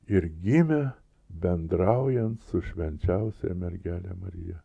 ir gimė bendraujant su švenčiausiąja mergele marija